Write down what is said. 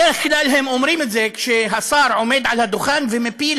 בדרך כלל הם אומרים את זה כשהשר עומד על הדוכן ומפיל